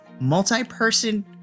multi-person